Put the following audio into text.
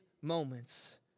moments